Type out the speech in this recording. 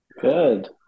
Good